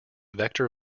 vector